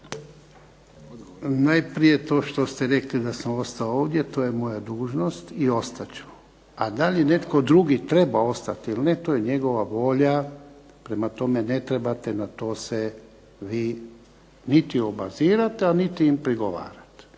Najprije to što ste rekli da sam ostao ovdje to je moja dužnost i ostat ću, a da li netko drugi treba ostati ili ne to je njegova volja. Prema tome, ne trebate na to se vi niti obazirati, a niti im prigovarati.